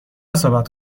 صحبت